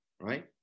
right